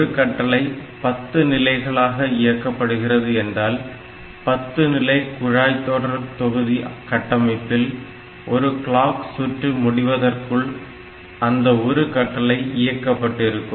ஒரு கட்டளை பத்து நிலைகளாக இயக்கப்படுகிறது என்றால் 10 நிலை குழாய்தொடர்தொகுதி கட்டமைப்பில் ஒரு கிளாக் சுற்று முடிவதற்குள் அந்த ஒரு கட்டளை இயக்கப்பட்டிருக்கும்